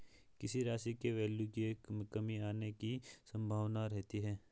किसी राशि के वैल्यू में कमी आने की संभावना रहती है